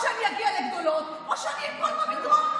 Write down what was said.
או שאני אגיע לגדולות או שאני אפול במדרון.